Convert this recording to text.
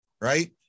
Right